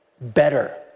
better